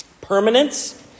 permanence